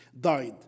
died